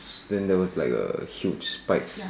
then there was like a huge spike